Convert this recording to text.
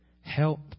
Help